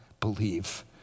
believe